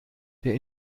der